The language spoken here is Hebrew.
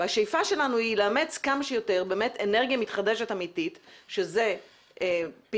השאיפה שלנו היא לאמץ כמה שיותר אנרגיה מתחדשת אמיתית שזה פי.וי.,